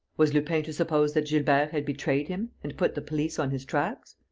was lupin to suppose that gilbert had betrayed him and put the police on his tracks?